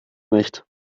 nicht